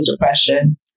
depression